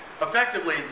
Effectively